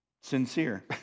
sincere